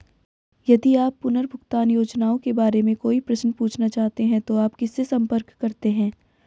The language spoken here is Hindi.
यदि आप पुनर्भुगतान योजनाओं के बारे में कोई प्रश्न पूछना चाहते हैं तो आप किससे संपर्क करते हैं?